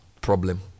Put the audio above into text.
problem